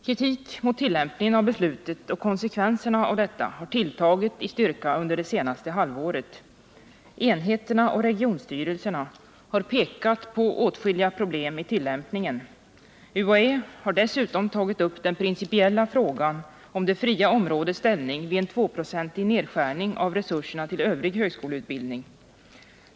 Kritiken mot tillämpningen av beslutet och konsekvenserna av detta har tilltagit i styrka under det senaste halvåret. Enheterna och regionstyrelserna ' har pekat på åtskilliga problem i tillämpningen. UHÄ har dessutom tagit upp den principiella frågan om det fria områdets ställning vid en tvåprocentig nedskärning av resurserna till övrig högskoleutbildning.